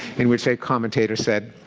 in which a commentator said,